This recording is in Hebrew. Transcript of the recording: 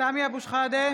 סמי אבו שחאדה,